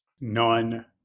none